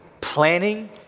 planning